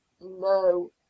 no